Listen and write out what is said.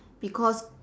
because